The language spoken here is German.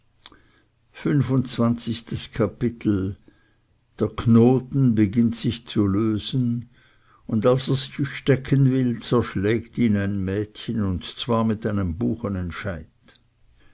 fünfundzwanzigstes kapitel der knoten beginnt sich zu lösen und als er sich stecken will zerschlägt ihn ein mädchen und zwar mit einem